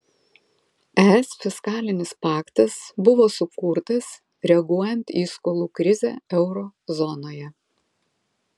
es fiskalinis paktas buvo sukurtas reaguojant į skolų krizę euro zonoje